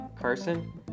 Carson